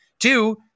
Two